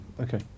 Okay